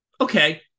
okay